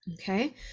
okay